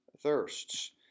thirsts